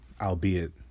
albeit